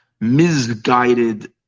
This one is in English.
misguided